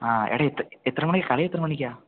ആ എടാ എത്ര മണിക്കാണ് കളി എത്ര മണിക്കാണ്